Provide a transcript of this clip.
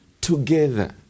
together